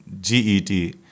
G-E-T